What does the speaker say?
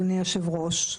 אדוני היושב-ראש,